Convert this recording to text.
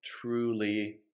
truly